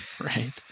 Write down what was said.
Right